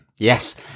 Yes